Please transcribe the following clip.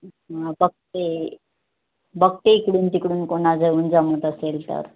हां बघते बघते इकडून तिकडून कोणा जाऊन जमत असेल तर